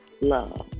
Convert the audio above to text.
love